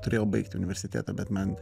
turėjau baigti universitetą bet man